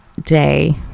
day